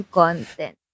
content